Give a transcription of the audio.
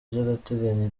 by’agateganyo